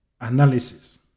analysis